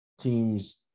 teams